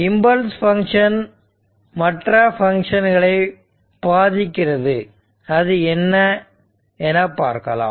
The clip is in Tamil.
இம்பல்ஸ் ஃபங்ஷன் மற்ற பங்க்ஷன்களை பாதிக்கிறது அது என்ன என பார்க்கலாம்